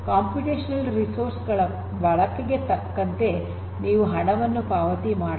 computational resource ಗಳ ಬಳಕೆಗೆ ತಕ್ಕಂತೆ ನೀವು ಹಣವನ್ನು ಪಾವತಿ ಮಾಡಬಹುದು